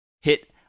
hit